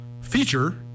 feature